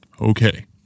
Okay